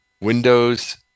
Windows